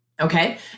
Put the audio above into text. Okay